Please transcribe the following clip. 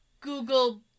Google